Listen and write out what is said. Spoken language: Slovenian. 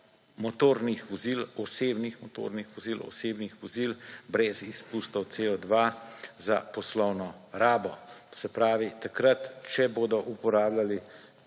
motornih vozil, osebnih motornih vozil, osebnih vozil, brez izpustov Co2, za poslovno rabo. To se pravi, takrat, če bodo uporabljali